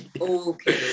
okay